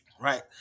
right